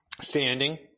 standing